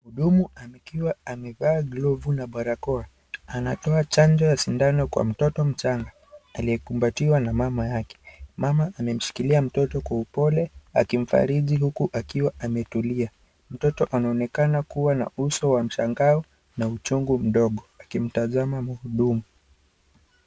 Mhudumu akiwa amevaa glovu na barakoa, anatoa chanjo ya sindano kwa mtoto mchanga aliyekumbatiwa na mama yake. Mama amemshikilia mtoto kwa upole akimfariji huku akiwa ametulia, mtoto anaonekana kuwa na uso wa mshangao na uchungu mdogo akimtazama mhudumu.